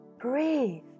breathe